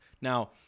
Now